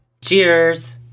cheers